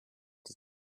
die